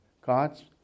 God's